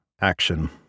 action